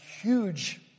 huge